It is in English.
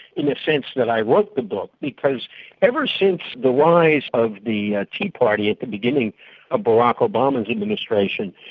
in a sense, that i wrote the book because ever since the lies of the ah tea party at the beginning of ah barack obama's administration,